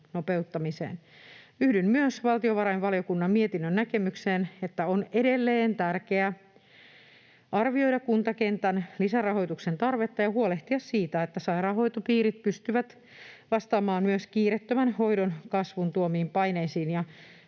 nopeuttamiseen. Yhdyn myös valtiovarainvaliokunnan mietinnön näkemykseen, että on edelleen tärkeä arvioida kuntakentän lisärahoituksen tarvetta ja huolehtia siitä, että sairaanhoitopiirit pystyvät vastaamaan myös kiireettömän hoidon kasvun tuomiin paineisiin ja